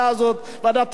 סיבן אותנו,